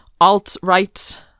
alt-right